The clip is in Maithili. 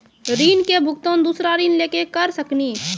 ऋण के भुगतान दूसरा ऋण लेके करऽ सकनी?